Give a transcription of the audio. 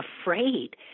afraid